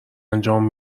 انجام